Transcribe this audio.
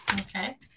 Okay